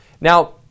Now